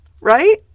right